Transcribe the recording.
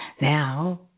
Now